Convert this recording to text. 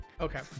okay